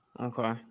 okay